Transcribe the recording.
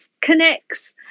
connects